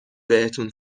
بهتون